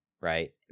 right